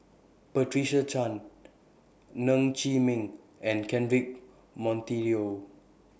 Patricia Chan Ng Chee Meng and Cedric Monteiro